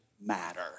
matter